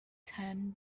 ten